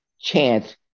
chance